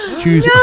Choose